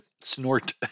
snort